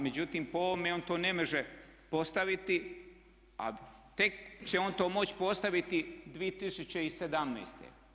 Međutim, po ovome on to ne može postaviti, a tek će on to moći postaviti 2017.